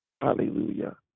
Hallelujah